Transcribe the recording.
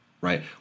right